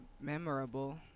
memorable